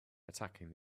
attacking